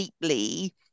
deeply